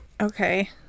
Okay